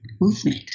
movement